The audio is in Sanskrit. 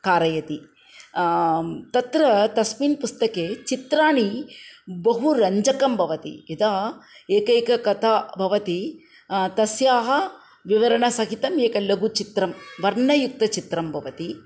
कारयति तत्र तस्मिन् पुस्तके चित्राणि बहु रञ्जकं भवति यथा एकैका कथा भवति तस्याः विवरणसहितम् एकं लघुः चित्रं वर्णयुक्तचित्रं भवति